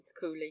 coolly